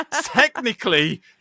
technically